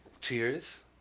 Cheers